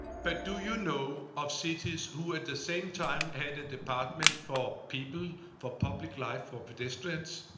but do you know of cities who, at the same time, had a department for people, for public life or pedestrians?